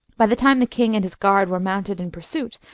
by the time the king and his guard were mounted in pursuit,